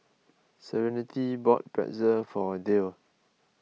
Serenity bought Pretzel for Dayle